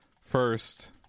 first